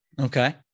okay